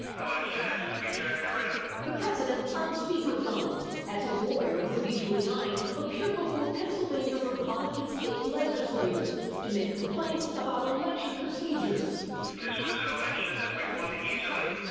election has to be turned around. reporter the president on speakerphone as his lawyer rudy giuliani appeared before pennsylvania republican state legislators to make complaints about election procedures. this was an election that we won easily,